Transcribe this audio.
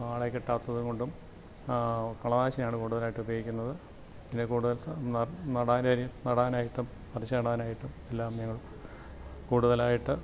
ആളെ കിട്ടാത്തത് കൊണ്ടും കളനാശിയാണ് കൂടുതൽ ആയിട്ട് ഉപയോഗിക്കുന്നത് പിന്നെ കൂടുതൽ നടാനായിട്ടും പറിച്ച് നടനായിട്ടും എല്ലാം ഞാൻ കൂടുതലായിട്ട്